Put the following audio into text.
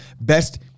best